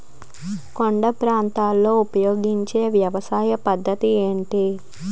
కొండ ప్రాంతాల్లో ఉపయోగించే వ్యవసాయ పద్ధతి ఏంటి?